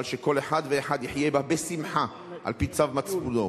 אבל שכל אחד ואחד יחיה בה בשמחה, על-פי צו מצפונו.